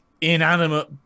Inanimate